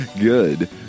good